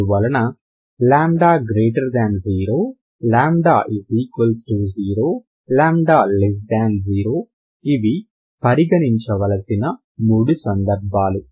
అందువల్ల λ0 λ0 λ0 ఇవి పరిగణించవలసిన మూడు సందర్భాలు